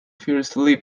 fiercely